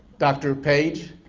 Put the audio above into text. dr. page,